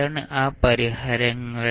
എന്താണ് ആ പരിഹാരങ്ങൾ